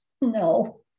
No